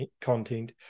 content